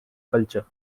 culture